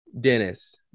Dennis